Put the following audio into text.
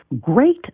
great